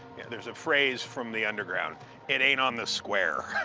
there's a phrase from the underground it ain't on the square.